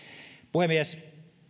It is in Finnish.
puhemies